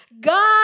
God